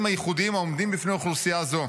הייחודיים העומדים בפני אוכלוסייה זו.